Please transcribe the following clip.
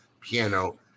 piano